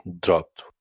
dropped